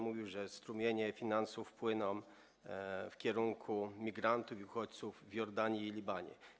Mówił, że strumienie finansów płyną w kierunku migrantów i uchodźców w Jordanii i Libanie.